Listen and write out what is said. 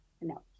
No